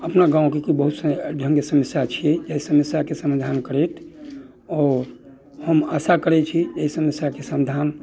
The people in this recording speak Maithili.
अपना गाँवके कोइ बहुत से ढङ्गके समस्या छियै एहि समस्याके समाधान करैत अऽ हम आशा करैत छी एहि समस्याके समाधान